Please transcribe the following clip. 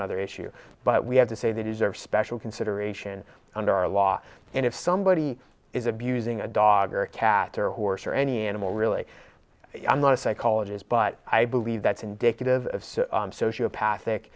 nother issue but we have to say they deserve special consideration under our law and if somebody is abusing a dog or a cat or a horse or any animal really i'm not a psychologist but i believe that's indicative of sociopath